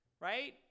right